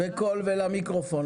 בקול ולמיקרופון,